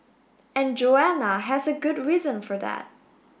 and Joanna has a good reason for that